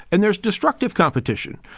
and there's destructive competition.